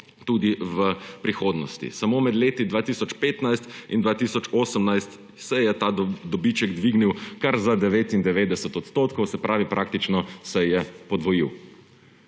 tudi v prihodnosti. Samo med letoma 2015 in 2018 se je ta dobiček dvignil kar za 99 %, se pravi, da se je praktično podvojil.